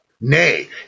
Nay